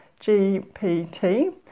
GPT